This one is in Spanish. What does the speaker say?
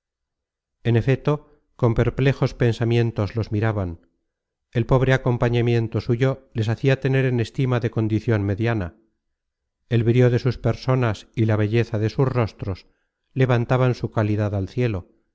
en efeto con perplejos pensamientos los miraban el pobre acompañamiento suyo les hacia tener en estima de condicion mediana el brío de sus personas y la belleza de sus rostros levantaban su calidad al cielo y